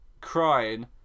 crying